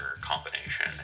combination